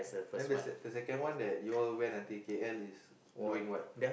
then the second the second one that you all went until K_L is doing what